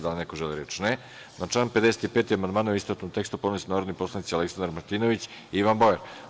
Da li neko želi reč? (Ne) Na član 55. amandmane, u istovetnom tekstu, podneli su narodni poslanici Aleksandar Martinović i Ivan Bauer.